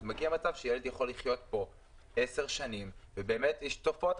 מגיע מצב שילד יכול לחיות כאן עשר שנים ואחר כך יש תופעות